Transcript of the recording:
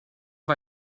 war